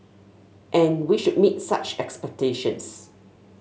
and we should meet such expectations